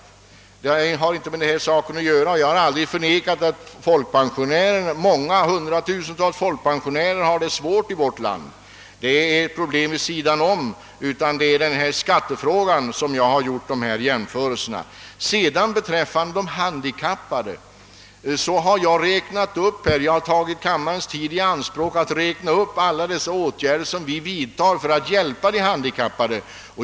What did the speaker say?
Jag har alltså aldrig förnekat att hundratusentals folkpensionärer har det svårt i vårt land. Detta är emellertid ett problem vid sidan om; det är i samband med skattefrågan jag har gjort dessa jämförelser. Vad de handikappade angår har jag tagit kammarens tid i anspråk för att räkna upp alla de åtgärder som vi vidtar för att hjälpa dem.